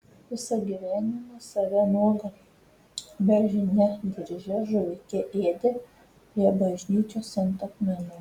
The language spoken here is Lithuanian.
visą gyvenimą save nuogą beržine dirže žuvikę ėdė prie bažnyčios ant akmenų